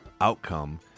outcome